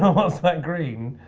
what's that green?